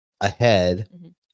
ahead